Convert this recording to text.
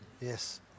Yes